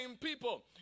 people